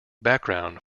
background